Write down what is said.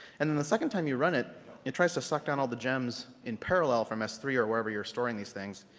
and then the second time you run it it tries to suck down all the gems in parallel from s three or wherever you're storing these things.